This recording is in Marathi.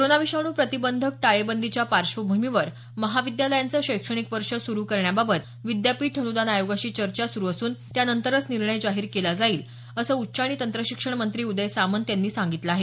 कोरोना विषाणू प्रतिबंधक टाळेबंदीच्या पार्श्वभूमीवर महाविद्यालयांचं शैक्षणिक वर्ष सुरू करण्याबाबत विद्यापीठ अनुदान आयोगाशी चर्चा सुरू असून त्यानंतरच निर्णय जाहीर केला जाईल असं उच्च आणि तंत्रशिक्षण मंत्री उदय सामंत यांनी सांगितलं आहे